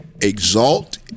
exalt